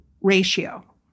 Ratio